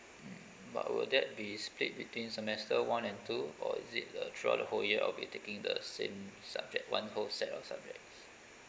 mm but will that be split between semester one and two or is it the throughout the whole year I will be taking the same subject one whole set of subjects